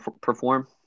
perform